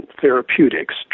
therapeutics